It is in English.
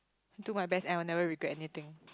do my best and I'll never regret anything